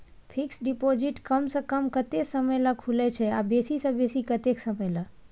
Fixed deposit कम स कम कत्ते समय ल खुले छै आ बेसी स बेसी केत्ते समय ल?